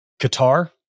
Qatar